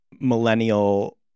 millennial